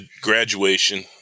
graduation